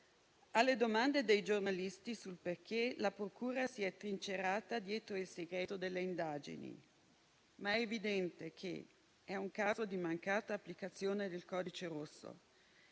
Alle domande dei giornalisti sul perché, la procura si è trincerata dietro il segreto delle indagini, ma è evidente che si tratta di un caso di mancata applicazione del codice rosso.